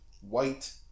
white